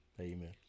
Amen